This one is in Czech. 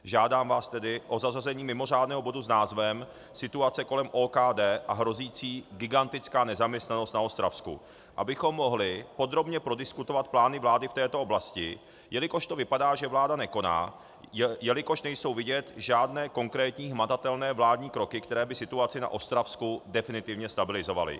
Žádám vás tedy o zařazení mimořádného bodu s názvem Situace v OKD a hrozící gigantická nezaměstnanost na Ostravsku, abychom mohli podrobně prodiskutovat plány vlády v této oblasti, jelikož to vypadá, že vláda nekoná, jelikož nejsou vidět žádné konkrétní, hmatatelné vládní kroky, které by situaci na Ostravsku definitivně stabilizovaly.